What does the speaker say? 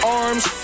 arms